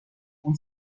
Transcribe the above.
اون